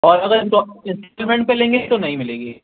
اور اگر install installment پہ لیں گے تو نہیں ملے گی